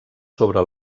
sobre